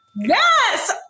Yes